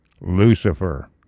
Lucifer